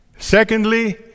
Secondly